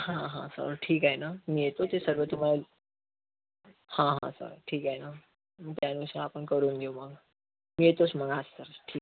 हा हा सर ठीक आहे ना मी येतो ते सर्व तुम्हाला हा हा सर ठीक आहे ना त्या गोष्टी आपण करून घेऊ मग मी येतोच मग हा सर ठीक आहे